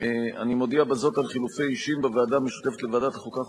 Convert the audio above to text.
איך שרוצים.